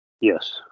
Yes